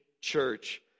church